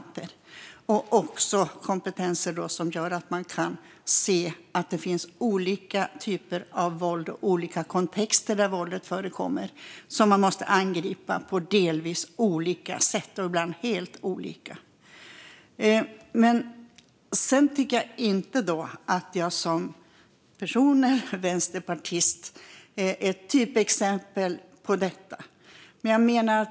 Det gäller också kompetenser som gör att man kan se att det finns olika typer av våld och olika kontexter där våldet förekommer som man måste angripa på delvis olika sätt och ibland helt olika sätt. Sedan tycker jag inte att jag som person eller vänsterpartist är ett typexempel på detta.